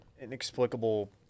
inexplicable